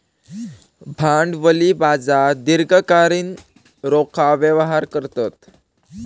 भांडवली बाजार दीर्घकालीन रोखा व्यवहार करतत